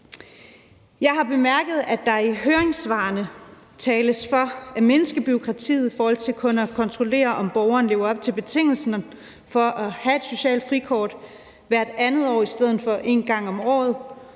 Jeg har bemærket, at der er høringssvarene tales for at mindske bureaukratiet og kun kontrollere, om borgerne lever op til betingelserne for at have et socialt frikort, hvert andet år i stedet for en gang om året,